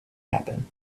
happen